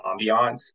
ambiance